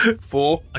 Four